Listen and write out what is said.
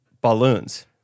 balloons